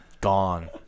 Gone